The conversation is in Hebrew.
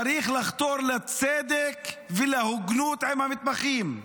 צריך לחתור לצדק ולהוגנות עם המתמחים,